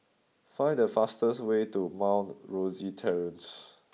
find the fastest way to Mount Rosie Terrace